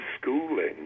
schooling